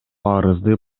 арызды